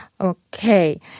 Okay